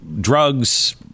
drugs